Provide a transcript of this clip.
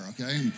okay